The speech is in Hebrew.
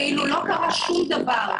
כאילו לא קרה שום דבר,